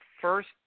First